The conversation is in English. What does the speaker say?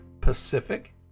Pacific